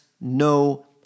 no